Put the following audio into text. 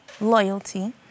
loyalty